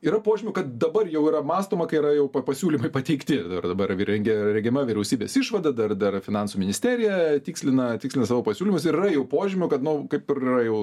yra požymių kad dabar jau yra mąstoma kai yra jau pasiūlymai pateikti ir dabar rengia rengiama vyriausybės išvada dar dar finansų ministerija tikslina tikslina savo pasiūlymus ir yra jau požymių kad nu kaip ir yra jau